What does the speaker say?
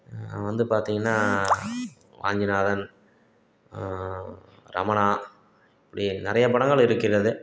வந்து பார்த்திங்கன்னா வாஞ்சிநாதன் ரமணா இப்படி நிறைய படங்கள் இருக்கிறது